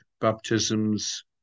baptisms